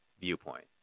viewpoint